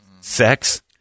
sex